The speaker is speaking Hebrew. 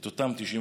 את אותם 90%,